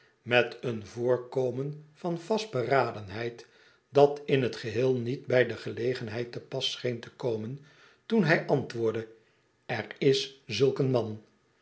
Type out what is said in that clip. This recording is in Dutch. met een voorkomen van vastberadenheid dat in het geheel niet bij de gelegenheid te pas scheen te komen toen hij antwoordde er is zulk een man